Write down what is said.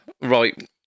right